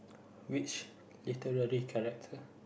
which literary character